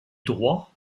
droit